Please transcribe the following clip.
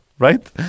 right